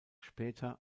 später